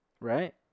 right